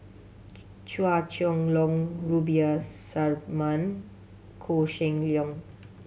Chua Chong Long Rubiah Suparman Koh Seng Leong